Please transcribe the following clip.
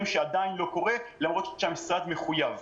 שעדיין לא קורים למרות שהמשרד מחויב.